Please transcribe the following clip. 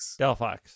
Delphox